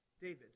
David